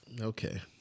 Okay